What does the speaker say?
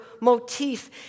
motif